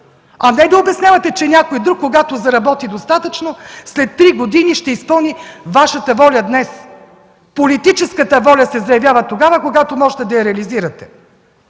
а не да обяснявате, че някой друг, когато заработи достатъчно, след три години ще изпълни Вашата воля днес. Политическата воля се заявява тогава, когато можете да я реализирате.